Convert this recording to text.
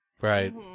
Right